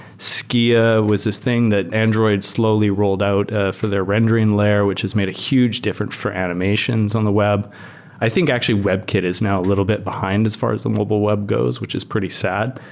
skia was this thing that android slowly rolled out for their rendering layer, which has made a huge difference for animations on the web i think actually webkit is now a little bit behind as far as the mobile web goes, which is pretty sad.